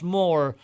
more